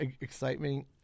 excitement